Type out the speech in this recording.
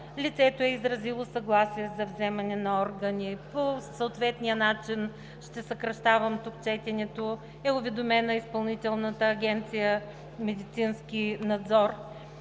лицето е изразило съгласие за вземане на органи – по съответния начин тук ще съкращавам четенето – е уведомена Изпълнителната агенция „Медицински надзор“;